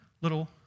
little